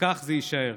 וכך זה יישאר.